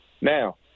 now